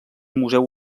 museu